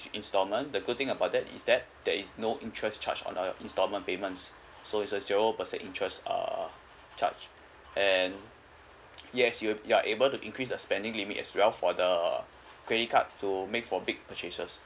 installment the good thing about that is that there is no interest charged on our installment payments so it's a zero percent interest err charge and yes you you're able to increase the spending limit as well for the credit card to make for big purchases